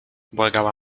błagała